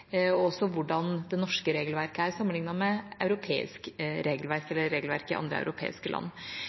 og også om hvordan det norske regelverket er sammenliknet med regelverket i andre europeiske land.